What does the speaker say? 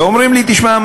ואומרים לי: תשמע,